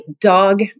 dog